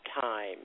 time